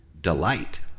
Delight